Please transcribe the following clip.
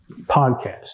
podcast